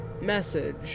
message